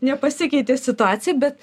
nepasikeitė situacija bet